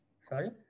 Sorry